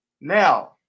Now